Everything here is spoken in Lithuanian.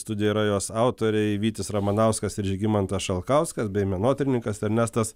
studijoje yra jos autoriai vytis ramanauskas ir žygimantas šalkauskas bei menotyrininkas ernestas